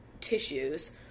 tissues